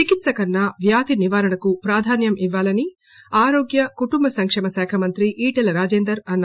చికిత్స కన్నా వ్యాధి నివారణకు ప్రాధాన్యం ఇవ్వాలని ఆరోగ్య కుటుంబ సంక్షేమ శాఖ మంత్రి ఈటెల రాజేందర్ అన్నారు